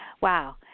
Wow